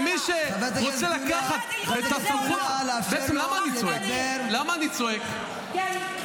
-- שמי שרוצה לקחת את הסמכות --- היה דיון על זה או לא?